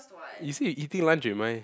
you said you eating lunch with Mai